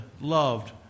loved